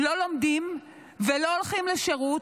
לא לומדים ולא הולכים לשירות,